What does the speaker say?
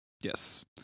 yes